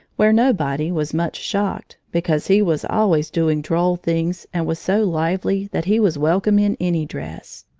where nobody was much shocked, because he was always doing droll things and was so lively that he was welcome in any dress.